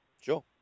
Sure